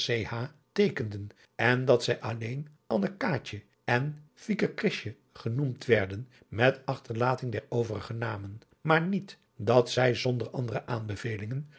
teekenden en dat zij alleen annekaatje en vikekrisje genoemd werden met achterlating der overige namen maar niet dat zij zonder andere aanbevelingen